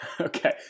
okay